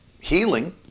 healing